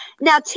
Now